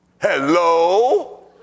Hello